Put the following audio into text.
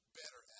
better